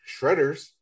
Shredders